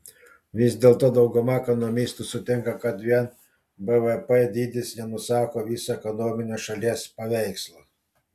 vis dėlto dauguma ekonomistų sutinka kad vien bvp dydis nenusako viso ekonominio šalies paveikslo